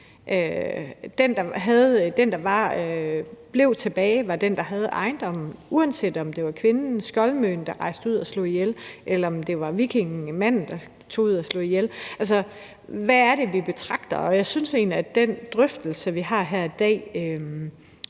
den, der blev tilbage, der havde ejendommen, uanset om det var kvinden, skjoldmøen, der rejste ud og slog ihjel, eller det var vikingen, manden, der tog ud og slog ihjel. Altså, hvad er det, vi kigger på? Og jeg synes egentlig, at den drøftelse, vi har her i dag,